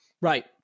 Right